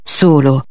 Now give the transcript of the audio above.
solo